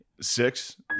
Six